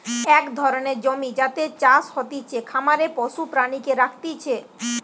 এক ধরণের জমি যাতে চাষ হতিছে, খামারে পশু প্রাণীকে রাখতিছে